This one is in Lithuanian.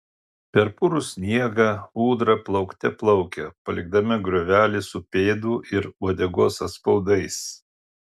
per purų sniegą ūdra plaukte plaukia palikdama griovelį su pėdų ir uodegos atspaudais